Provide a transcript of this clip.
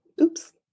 Oops